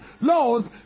laws